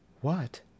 What